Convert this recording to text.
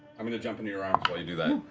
i mean to jump into your arms while you do that.